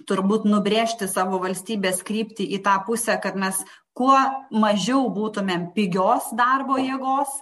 turbūt nubrėžti savo valstybės kryptį į tą pusę kad mes kuo mažiau būtumėm pigios darbo jėgos